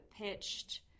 pitched